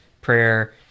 prayer